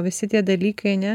visi tie dalykai ne